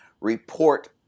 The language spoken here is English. report